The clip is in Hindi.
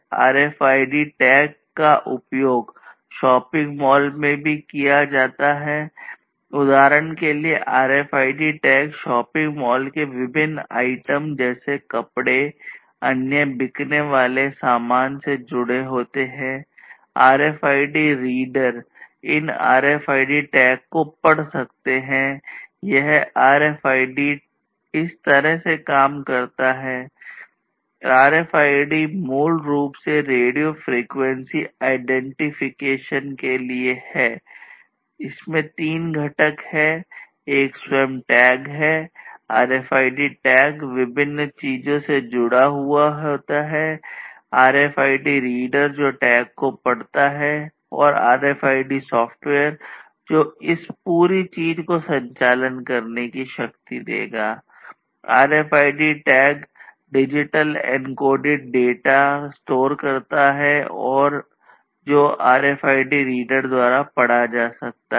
RFID टैग का उपयोग शॉपिंग मॉल की तुलना में line of sight के बाहर पढ़ा जा सकता है